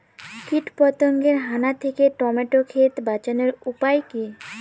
কীটপতঙ্গের হানা থেকে টমেটো ক্ষেত বাঁচানোর উপায় কি?